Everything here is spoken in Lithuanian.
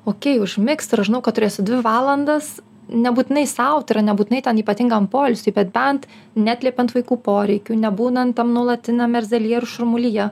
okei užmigs ir aš žinau kad turėsiu dvi valandas nebūtinai sau tai yra nebūtinai ten ypatingam poilsiui bet bent neslepiant vaikų poreikių nebūnant tam nuolatiniam erzelyje ir šurmulyje